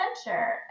adventure